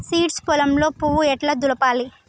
Seeds పొలంలో పువ్వు ఎట్లా దులపాలి?